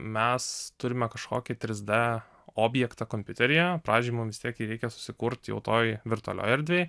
mes turime kažkokį trys d objektą kompiuteryje pradžioj mum vis tiek jį reikia susikurt jau toj virtualioj erdvėj